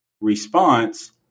response